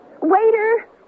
Waiter